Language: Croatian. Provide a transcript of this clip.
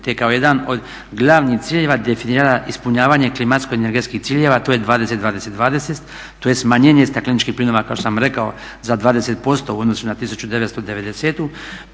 te kao jedan od glavnih ciljeva definirala ispunjavanje klimatsko-energetskih ciljeva, to je 20-20-20, to je stakleničkih plinova kao što sam rekao za 20% u odnosu na 1990.,